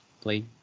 play